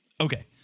Okay